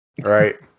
Right